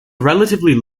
relatively